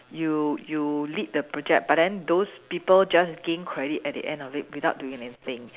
you you lead the project but then those people just gain credit at the end of it without doing anything